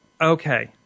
okay